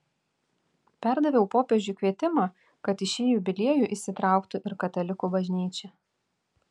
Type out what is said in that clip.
perdaviau popiežiui kvietimą kad į šį jubiliejų įsitrauktų ir katalikų bažnyčia